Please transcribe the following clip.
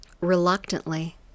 Reluctantly